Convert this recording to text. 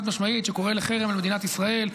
זה גוף שחד-משמעית קורא לחרם על מדינת ישראל.